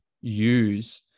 use